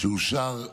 שאושר שלשום,